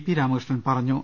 P Ramakrishnan പറഞ്ഞു